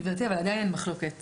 גברתי, אבל עדיין אין מחלוקת.